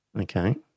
Okay